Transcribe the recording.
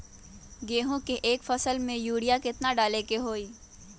गेंहू के एक फसल में यूरिया केतना डाले के होई?